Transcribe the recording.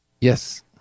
Yes